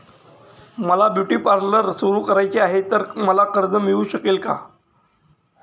मला beauty parlour सुरू करायचे आहे तर मला कर्ज मिळू शकेल का?